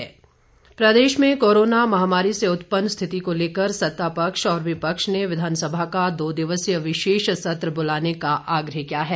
विधानसभा भेंट प्रदेश में कोरोना महामारी से उत्पन्न स्थिति को लेकर सत्ता पक्ष व विपक्ष ने विधानसभा का दो दिवसीय विशेष सत्र बुलाने का आग्रह किया है